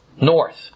north